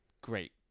great